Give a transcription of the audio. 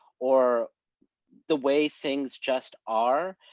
or the way things just are,